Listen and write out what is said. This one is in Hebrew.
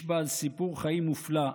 איש בעל סיפור חיים מופלא,